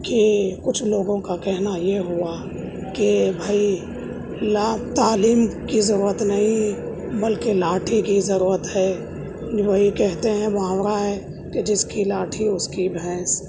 کہ کچھ لوگوں کا کہنا یہ ہوا کہ بھئی لا تعلیم کی ضرورت نہیں بلکہ لاٹھی کی ضرورت ہے وہی کہتے ہیں محاورہ ہے کہ جس کی لاٹھی اس کی بھینس